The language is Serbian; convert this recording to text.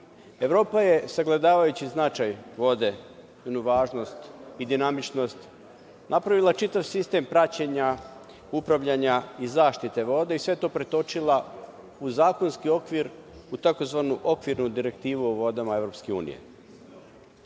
Evropa je, sagledavajući značaj vode, njenu važnost i dinamičnost, napravila čitav sistem praćenja, upravljanja i zaštite vode i sve to pretočila u zakonski okvir, u tzv. okvirnu direktivu o vodama EU.Ta okvirna